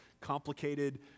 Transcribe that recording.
complicated